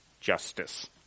justice